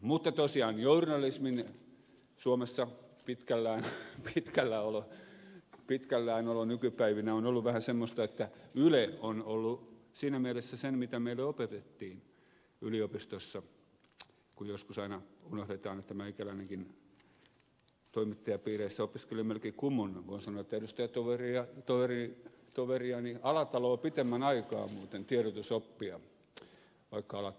mutta tosiaan journalismin suomessa pitkälläänolo nykypäivinä on ollut vähän semmoista että yle on ollut siinä mielessä se mitä meille opetettiin yliopistossa kun joskus aina unohdetaan että meikäläinenkin toimittajapiireissä opiskeli melkein cumun voin sanoa että edustajatoveriani alataloa pitemmän aikaa muuten tiedotusoppia vaikka ed